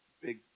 big